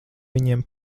viņiem